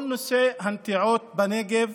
כל נושא הנטיעות בנגב